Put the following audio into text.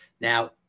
Now